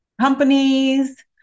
companies